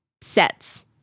sets